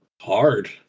hard